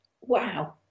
wow